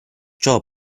ciò